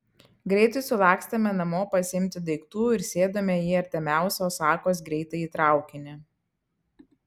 greitai sulakstėme namo pasiimti daiktų ir sėdome į artimiausią osakos greitąjį traukinį